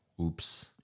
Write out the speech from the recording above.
oops